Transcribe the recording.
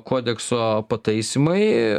kodekso pataisymai